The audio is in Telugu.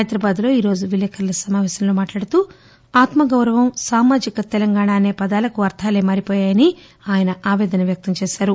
హైదరాబాద్లో ఈరోజు విలేఖర్ల సమావేశంలో మాట్లాడుతూ ఆత్మ గౌరవం సామాజిక తెలంగాణ అసే పదాలకు అర్థాలే మారిపోయాయని ఆయన ఆపేదన వ్యక్తంచేశారు